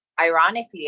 ironically